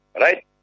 right